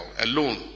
alone